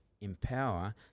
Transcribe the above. empower